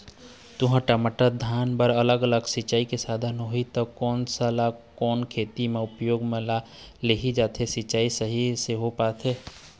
तुंहर, टमाटर, धान बर अलग अलग सिचाई के साधन होही ता कोन सा ला कोन खेती मा उपयोग मा लेहे जाथे, सिचाई सही से होथे पाए?